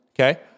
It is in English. Okay